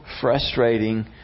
frustrating